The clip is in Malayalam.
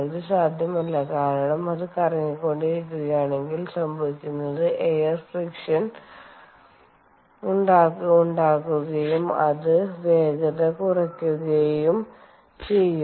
ഇത് സാധ്യമല്ല കാരണം അത് കറങ്ങിക്കൊണ്ടിരിക്കുകയാണെങ്കിൽ സംഭവിക്കുന്നത് എയർ ഫ്രിക്ഷൻ ഉണ്ടാകുകയും അത് വേഗത കുറയുകയും ചെയ്യും